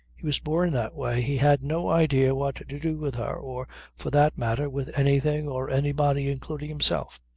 he was born that way. he had no idea what to do with her or for that matter with anything or anybody including himself.